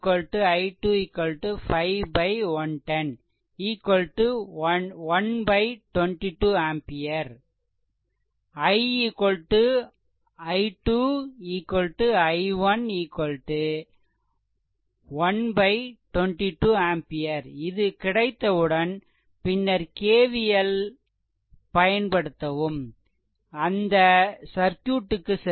i i2 i1 1 22 ampere இது கிடைத்தவுடன் பின்னர் KVL பயன்படுத்தவும் அந்த சர்க்யூட்டுக்கு செல்கிறேன்